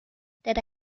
that